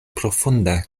profunde